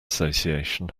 association